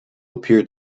appeared